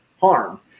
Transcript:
harm